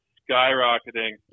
skyrocketing